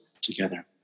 together